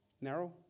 Narrow